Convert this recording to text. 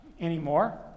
anymore